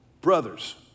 brothers